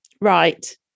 Right